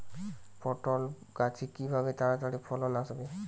পটল গাছে কিভাবে তাড়াতাড়ি ফলন আসবে?